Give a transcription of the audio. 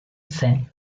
zen